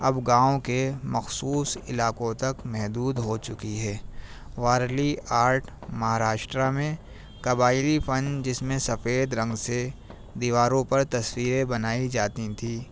اب گاؤں کے مخصوص علاقوں تک محدود ہو چکی ہے والی آرٹ مہاراشٹرا میں قبائلی فن جس میں سفید رنگ سے دیواروں پر تصویریں بنائی جاتی تھیں